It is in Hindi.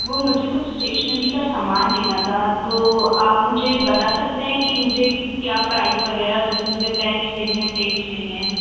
वह मुझे कुछ इस्टेशनरी का सामान लेना था तो आप मुझे बता सकते हैं कि मुझे क्या प्राइज वगैरह जैसे मुझे पेन्स लेने हैं टेप्स लेने हैं